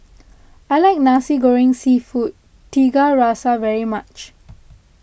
I like Nasi Goreng Seafood Tiga Rasa very much